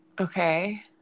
okay